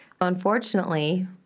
unfortunately